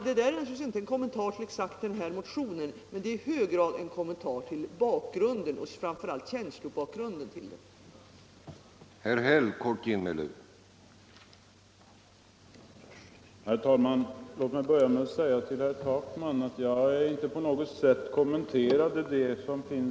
Detta är naturligtvis ingen kommentar till just den motion som det här gäller, men det är i hög grad en kommentar till bakgrunden, framför allt känslobakgrunden, till den motionen.